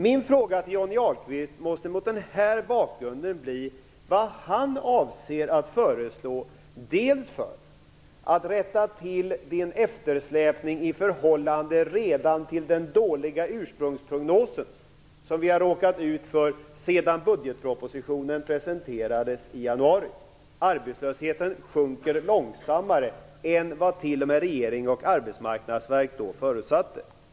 Min fråga till Johnny Ahlqvist måste mot denna bakgrund bli vad han avser att föreslå för att rätta till den eftersläpning i förhållande till den redan dåliga ursprungsprognosen som vi har råkat ut för sedan budgetpropositionen presenterades i januari. Arbetslösheten sjunker långsammare än vad t.o.m. regering och arbetsmarknadsverk då förutsatte.